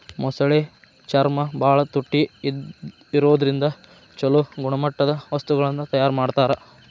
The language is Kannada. ಮೊಸಳೆ ಚರ್ಮ ಬಾಳ ತುಟ್ಟಿ ಇರೋದ್ರಿಂದ ಚೊಲೋ ಗುಣಮಟ್ಟದ ವಸ್ತುಗಳನ್ನ ತಯಾರ್ ಮಾಡ್ತಾರ